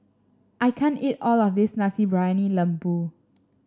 I can't eat all of this Nasi Briyani Lembu